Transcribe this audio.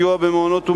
סיוע במעונות ומלגות,